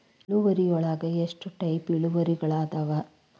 ಇಳುವರಿಯೊಳಗ ಎಷ್ಟ ಟೈಪ್ಸ್ ಇಳುವರಿಗಳಾದವ